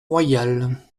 royal